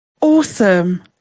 Awesome